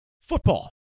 football